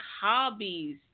hobbies